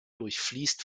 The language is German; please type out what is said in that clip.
durchfließt